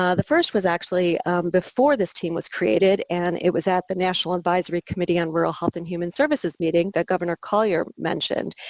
ah the first was actually before this team was created and it was at the national advisory committee on rural health and human services meeting that governor colyer mentioned.